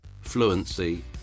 fluency